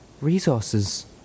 Resources